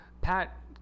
Pat